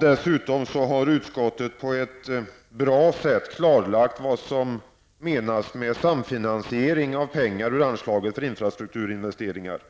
Dessutom har utskottet på ett bra sätt klarlagt vad som menas med samfinansiering av pengar ur anslaget för infrastrukturinvesteringar.